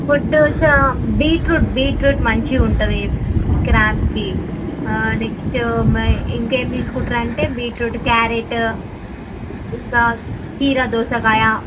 food beetroot beetroot మంచిగా ఉంటుంది క్రాంప్కి నెక్స్ట్ ఇంకేం తీసుకుంటారంటే బీట్రూట్ క్యారెట్ ఇంకా కీర దోసకాయ